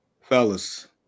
Fellas